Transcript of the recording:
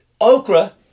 okra